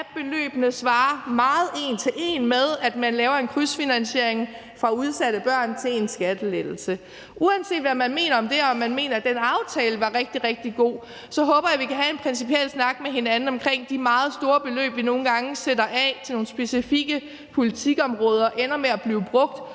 beløbene svarer meget en til en til, at man laver en krydsfinansiering fra udsatte børn til en skattelettelse. Uanset hvad man mener om det, og om man mener, at den aftale var rigtig, rigtig god, så håber jeg, at vi kan have en principiel snak med hinanden omkring, at de meget store beløb, vi nogle gange sætter af til nogle specifikke politikområder, ender med at blive brugt